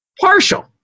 Partial